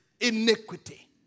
iniquity